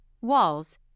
walls